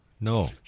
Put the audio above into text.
No